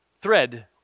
thread